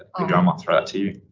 and might throw that to you.